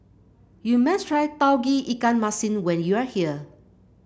you must try Tauge Ikan Masin when you are here